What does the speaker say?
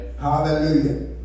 Hallelujah